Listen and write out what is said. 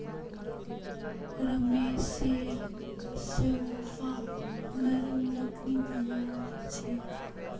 रमेशेर सोफा नरम लकड़ीर बनाल छ